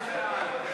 לוועדת העבודה,